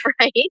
right